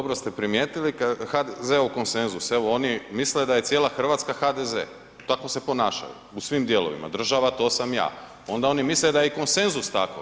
Pa dobro ste primijetili HDZ-ov konsenzus evo oni misle da je cijela Hrvatska HDZ, tako se ponašaju, u svim dijelovima, država to sam ja, onda oni misle da je i konsenzus tako.